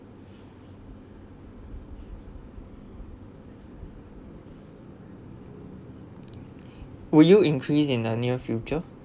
would you increase in the near future